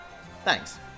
Thanks